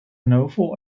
novel